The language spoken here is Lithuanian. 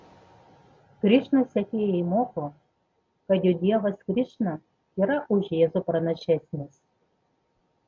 krišnos sekėjai moko kad jų dievas krišna yra už jėzų pranašesnis